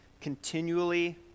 continually